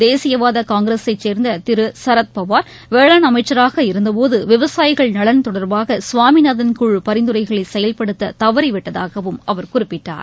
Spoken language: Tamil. தேசியவாத காங்கிரஸை சேர்ந்த திரு சரத் பவார் வேளாண் அமைச்சராக இருந்தபோது விவசாயிகள் நலன் தொடர்பாக சுவாமிநாதன் குழு பரிந்துரைகளை செயல்படுத்த தவறிவிட்டதாகவும் அவர் குறிப்பிட்டார்